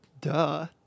duh